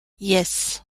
yes